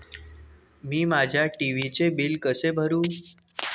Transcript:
मी माझ्या टी.व्ही चे बिल कसे भरू?